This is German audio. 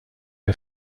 der